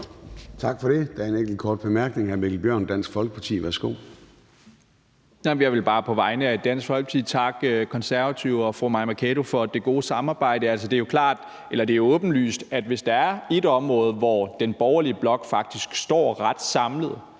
Tak for det. Der er en enkelt kort bemærkning. Hr. Mikkel Bjørn, Dansk Folkeparti. Værsgo Kl. 13:40 Mikkel Bjørn (DF): Jeg vil bare på vegne af Dansk Folkeparti takke Konservative og fru Mai Mercado for det gode samarbejde. Det er jo åbenlyst, at hvis der er et område, hvor den borgerlige blok faktisk står ret samlet,